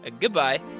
Goodbye